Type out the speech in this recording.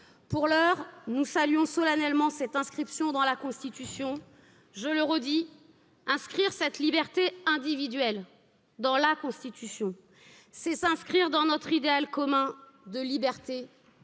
Pour l'heure, nous saluons solennellement cette inscription dans la Constitution. le redis inscrire cette liberté individuelle La Constitution, c'est s'inscrire dans commun de liberté, d'égalité